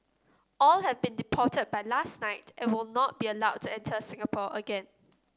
all have been deported by last night and will not be allowed to enter Singapore again